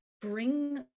bring